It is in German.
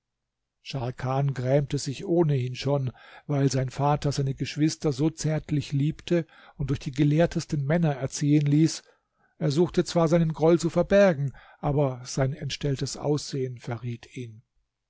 scharkan grämte sich ohnehin schon weil sein vater seine geschwister so zärtlich liebte und durch die gelehrtesten männer erziehen ließ er suchte zwar seinen groll zu verbergen aber sein entstelltes aussehen verriet ihn